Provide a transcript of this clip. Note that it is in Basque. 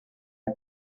eta